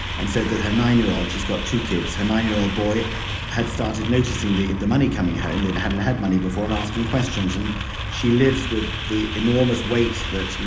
and said that her nine year old she's got two kids her nine year old boy had started noticing the the money coming home, they hadn't had money before, and asking questions. and she lives with the enormous weight that, you